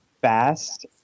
fast